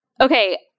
Okay